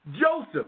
Joseph